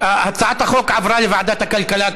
הצעת החוק עברה לוועדת הכלכלה,